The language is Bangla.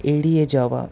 এড়িয়ে যাওয়া